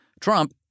Trump